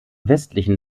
westlichen